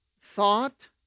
thought